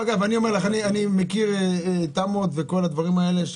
אני מכיר תמ"אות וכל הדברים האלה,